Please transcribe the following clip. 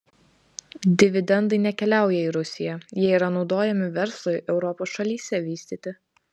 dividendai nekeliauja į rusiją jie yra naudojami verslui europos šalyse vystyti